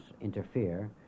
interfere